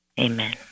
Amen